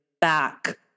back